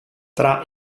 tra